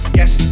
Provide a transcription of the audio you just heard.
yes